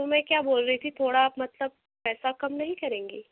तो मैं क्या बोल रही थी थोड़ा आप मतलब पैसा कम नहीं करेंगे